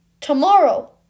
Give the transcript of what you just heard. Tomorrow